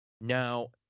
Now